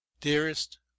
Dearest